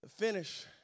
finish